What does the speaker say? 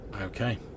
Okay